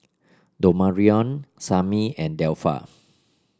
Damarion Sammie and Delpha